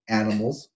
animals